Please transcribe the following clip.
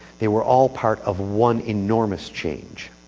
they were all part of one enormous change.